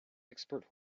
expert